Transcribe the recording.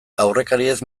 aurrekariez